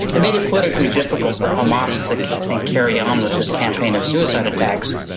made it politically difficult for hamas to, i think, carry on with this campaign of suicide attacks,